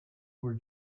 were